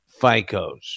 FICOs